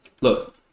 Look